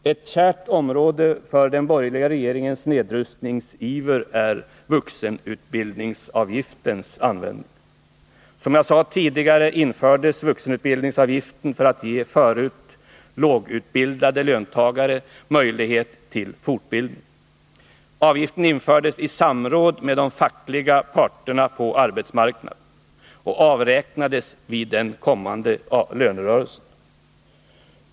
Ett kärt område för den borgerliga regeringens nedrustningsiver är vuxenutbildningsavgiftens användning. Som jag sade tidigare infördes vuxenutbildningsavgiften för att ge förut lågutbildade löntagare möjligheter till fortbildning. Avgiften infördes i samråd med de fackliga parterna på arbetsmarknaden och avräknades vid den kommande lönerörelsen.